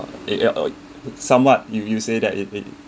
i~ e~somewhat you you say that y~ y~